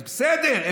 בסדר,